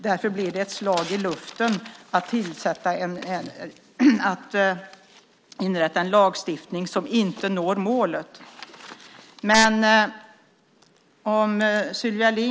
Därför blir det ett slag i luften att inrätta en lagstiftning som inte når målet.